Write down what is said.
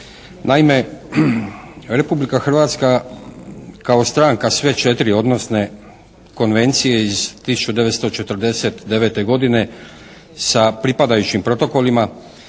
Naime, Republika Hrvatska kao stranka sve četiri odnosne konvencije iz 1949. godine sa pripadajućim protokolima